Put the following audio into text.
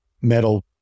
metal